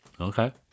Okay